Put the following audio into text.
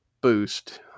boost